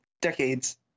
decades